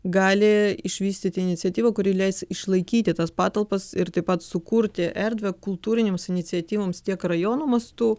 gali išvystyti iniciatyvą kuri leis išlaikyti tas patalpas ir taip pat sukurti erdvę kultūrinėms iniciatyvoms tiek rajono mastu